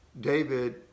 David